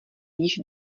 již